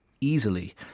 easily